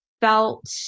felt